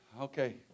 Okay